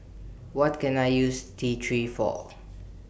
What Can I use T three For